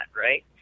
right